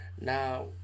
Now